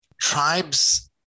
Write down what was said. tribes